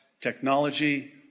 technology